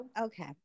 Okay